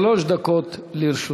שלוש דקות לרשותך.